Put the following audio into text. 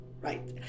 right